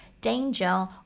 danger